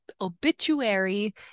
obituary